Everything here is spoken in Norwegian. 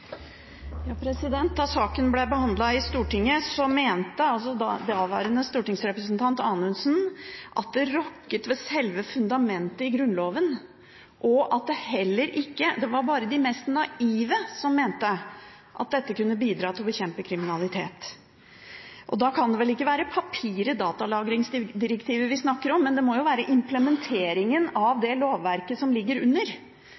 Da saken ble behandlet i Stortinget, mente daværende stortingsrepresentant Anundsen at dette rokket ved selve fundamentet i Grunnloven, og at det bare var de mest naive som mente at dette kunne bidra til å bekjempe kriminalitet. Og da kan det vel ikke være papiret «datalagringsdirektivet» vi snakker om, det må jo være implementeringen av det lovverket som ligger under.